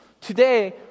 today